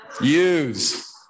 Use